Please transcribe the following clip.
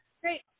Great